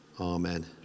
Amen